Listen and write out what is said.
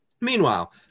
Meanwhile